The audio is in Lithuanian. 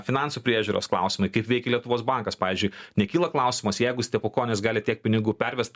finansų priežiūros klausimai kaip veikia lietuvos bankas pavyzdžiui nekyla klausimas jeigu stepukonis gali tiek pinigų pervest